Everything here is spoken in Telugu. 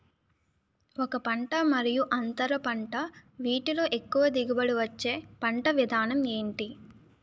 ఒక పంట మరియు అంతర పంట వీటిలో ఎక్కువ దిగుబడి ఇచ్చే పంట విధానం ఏంటి?